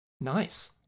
Nice